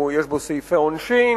יש בו סעיפי עונשין,